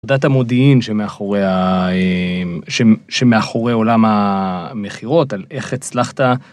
...דת המודיעין שמאחורי העולם המכירות על איך הצלחת.